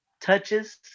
touches